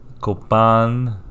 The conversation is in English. Copan